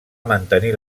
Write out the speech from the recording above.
mantenir